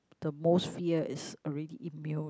the most fear is already immune